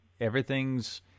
everything's